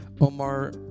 Omar